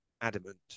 adamant